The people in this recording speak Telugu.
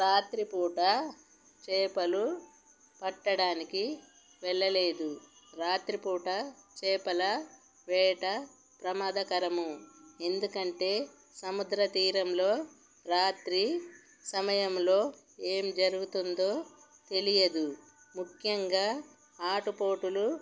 రాత్రి పూట చేపలు పట్టడానికి వెళ్ళలేదు రాత్రి పూట చేపల వేట ప్రమాదకరము ఎందుకంటే సముద్రతీరంలో రాత్రి సమయంలో ఏం జరుగుతుందో తెలియదు ముఖ్యంగా ఆటుపోటులు